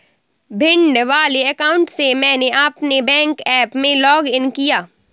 भिंड वाले अकाउंट से मैंने अपने बैंक ऐप में लॉग इन किया